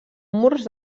murs